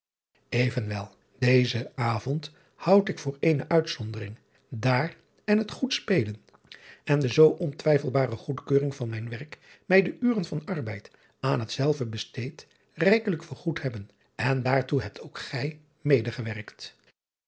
venwel dezen avond houd ik voor eene uitzondering daar en het goed spelen en de zoo ontwijfelbare goedkeuring van mijn werk mij de uren van arbeid aan hetzelve besteed rijkelijk vergoed hebben en daartoe hebt ook gij